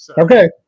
Okay